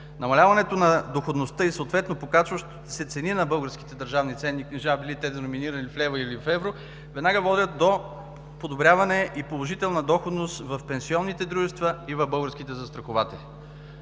Намаляването на доходността и съответно покачващите се цени на българските държавни ценни книжа, били те деноминирани в лева или в евро, веднага водят до подобряване и положителна доходност в пенсионните дружества и в българските застрахователи.